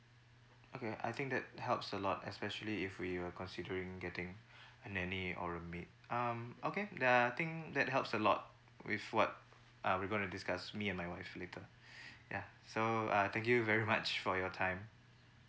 okay I think that helps a lot especially if we were considering getting a nanny or a maid um okay uh I think that helps a lot with what uh we gonna discuss me and my wife later yeah so uh thank you very much for your time